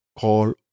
call